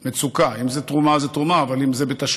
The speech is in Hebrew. אם זאת תרומה, זאת תרומה, אבל אם זה בתשלום,